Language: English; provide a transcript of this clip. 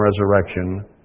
resurrection